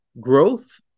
growth